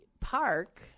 park